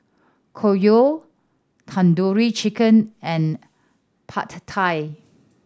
Okayu Tandoori Chicken and Pad Thai